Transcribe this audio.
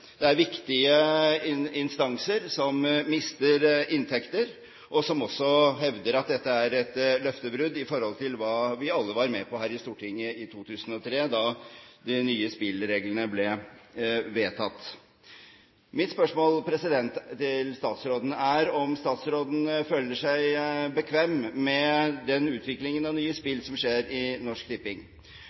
Det er viktige instanser som mister inntekter, og som også hevder at dette er et løftebrudd i forhold til hva vi alle var med på her i Stortinget i 2003, da de nye spillreglene ble vedtatt. Mitt spørsmål til statsråden er om statsråden føler seg bekvem med den utviklingen av nye spill som skjer i Norsk